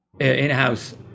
in-house